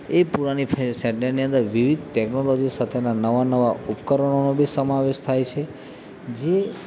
એ પુરાણી સેન્ટરની અંદર વિવિધ ટેકનોલૉજી સાથેના નવા નવા ઉપકરણોનો બી સમાવેશ થાય છે જે